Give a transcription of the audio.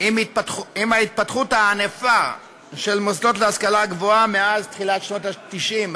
עם ההתפתחות הענפה של המוסדות להשכלה גבוהה מאז תחילת שנות ה-90,